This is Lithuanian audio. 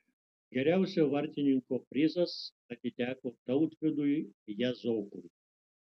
geriausio vartininko prizas atiteko tautvydui jazokui